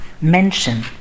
mention